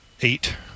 eight